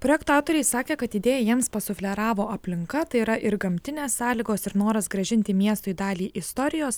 projekto autoriai sakė kad idėją jiems pasufleravo aplinka tai yra ir gamtinės sąlygos ir noras grąžinti miestui dalį istorijos